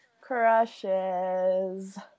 crushes